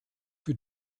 für